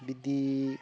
बिदि